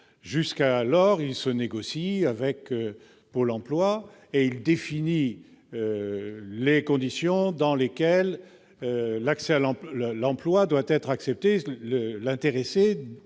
à l'emploi se négocie avec Pôle emploi, et il définit les conditions dans lesquelles l'emploi doit être accepté, l'intéressé